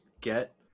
get